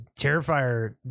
Terrifier